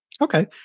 Okay